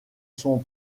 son